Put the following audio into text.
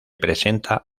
presenta